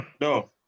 No